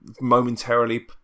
momentarily